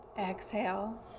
Exhale